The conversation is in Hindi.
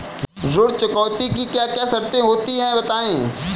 ऋण चुकौती की क्या क्या शर्तें होती हैं बताएँ?